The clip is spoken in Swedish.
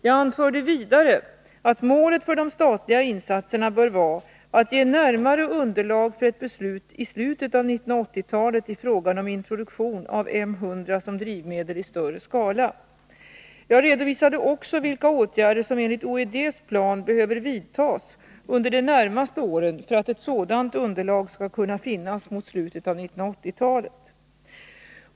Jag anförde vidare att målet för de statliga insatserna bör vara att ge närmare underlag för ett beslut i slutet av 1980-talet i frågan om introduktion av M 100 som drivmedel i större skala. Jag redovisade också vilka åtgärder som enligt OED:s plan behöver vidtas under de närmaste åren för att ett sådant underlag skall kunna finnas mot slutet av 1980-talet.